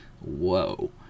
Whoa